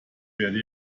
werde